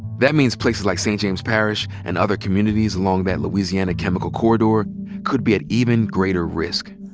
that means places like st. james parish and other communities along that louisiana chemical corridor could be at even greater risk.